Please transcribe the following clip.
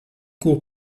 cours